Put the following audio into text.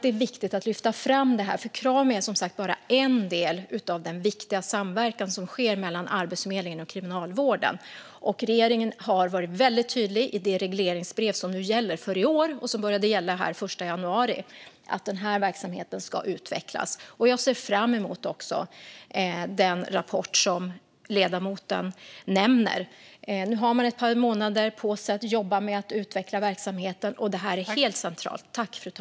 Det är viktigt att lyfta fram detta, för Krami är som sagt bara en del i den viktiga samverkan mellan Arbetsförmedlingen och kriminalvården. Regeringen har varit väldigt tydlig i årets regleringsbrev att denna verksamhet ska utvecklas. Jag ser även fram emot den rapport ledamoten nämner. Man har ett par månader på sig att utveckla verksamheten, och detta är helt centralt.